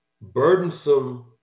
burdensome